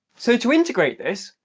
so to integrate this,